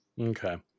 Okay